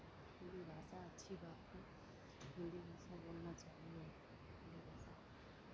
हिन्दी भाषा अच्छी बात है हिन्दी भाषा बोलना चाहिए लोगों से